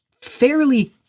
fairly